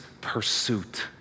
pursuit